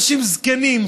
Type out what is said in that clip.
אנשים זקנים,